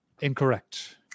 Incorrect